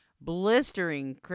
blistering